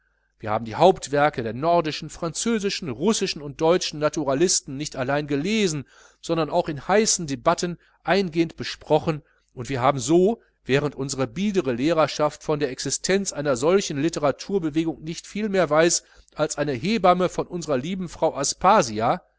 wir haben die hauptwerke der nordischen französischen russischen und deutschen naturalisten nicht allein gelesen sondern auch in heißen debatten eingehend besprochen und wir haben so während unsere biedere lehrerschaft von der existenz einer solchen litteraturbewegung nicht viel mehr weiß als eine hebamme von unser lieben frau aspasia